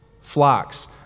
flocks